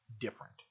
different